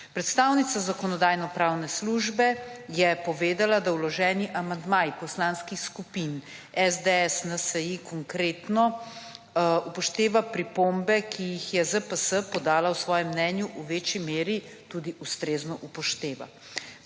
Predstavnica Zakonodajno-pravne službe je povedala, da vloženi amandmaji poslanskih skupin SDS, NSi, Konkretno upošteva pripombe, ki jih je ZPS podala v svojem mnenju, v večji meri tudi ustrezno upošteva.